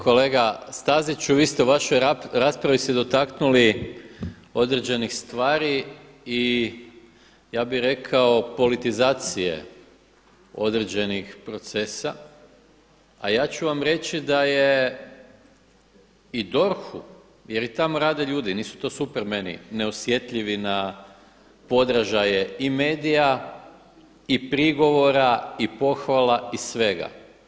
Kolega Staziću, vi ste u vašoj raspravi se dotaknuli određenih stvari i ja bih rekao politizacije određenih procesa a ja ću vam reći da je i DORH-u jer i tamo rade ljudi, nisu to super mani neosjetljivi na podražaje i medija i prigovora i pohvala i svega.